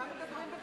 על מה מדברים בכלל?